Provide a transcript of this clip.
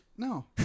No